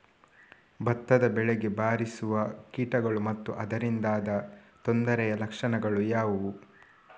ಭತ್ತದ ಬೆಳೆಗೆ ಬಾರಿಸುವ ಕೀಟಗಳು ಮತ್ತು ಅದರಿಂದಾದ ತೊಂದರೆಯ ಲಕ್ಷಣಗಳು ಯಾವುವು?